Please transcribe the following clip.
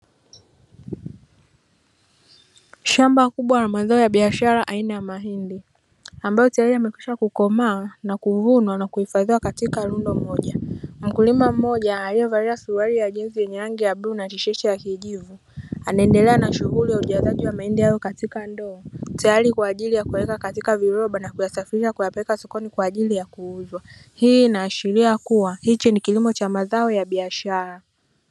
Shamba kubwa la mazao ya biashara aina ya mahindi. Ambayo tayari amekwisha kukomaa na kuvunwa na kuhifadhiwa katika lundo moja. Mkulima mmoja aliyevalia suruali ya jinsi yenye rangi ya bluu na tisheti ya kijivu anaendelea na shughuli ya ujazaji wa mahindi hayo katika ndoo. Tayari kwa ajili ya kuweka katika viroba na kuyasafisha kuyapeka sukoni kwa ajili ya kuuzwa. Hii inaashiria kuwa hichi ni kilimo cha mazao ya biashara.